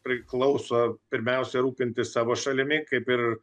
priklauso pirmiausia rūpintis savo šalimi kaip ir